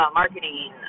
marketing